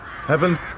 Heaven